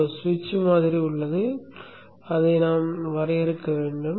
ஒரு சுவிட்ச் மாதிரி உள்ளது அதை நாம் வரையறுக்க வேண்டும்